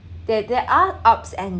there there are ups and